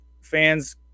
fans